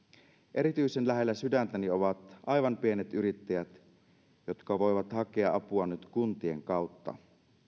erityisen lähellä sydäntäni ovat aivan pienet yrittäjät jotka voivat hakea apua nyt kuntien kautta